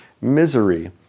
misery